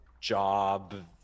job